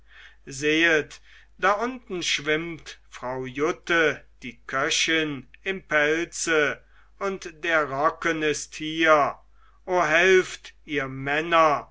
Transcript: sehet da unten schwimmt frau jutte die köchin im pelze und der rocken ist hier o helft ihr männer